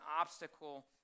obstacle